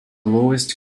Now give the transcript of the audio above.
lowest